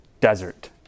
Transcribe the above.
desert